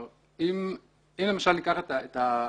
קיש, 13:11) תראי,